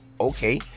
okay